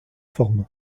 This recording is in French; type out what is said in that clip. formes